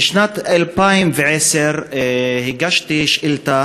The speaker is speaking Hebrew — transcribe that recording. בשנת 2010 הגשתי שאילתה